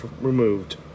removed